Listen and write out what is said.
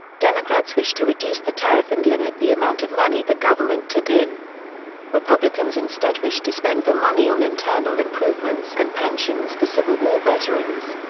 democrats wished to reduce the tariff and limit the amount of money the government took in republicans instead wished to spend the money on internal improvements and pensions for civil war veterans.